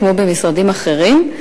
כמו במשרדים אחרים,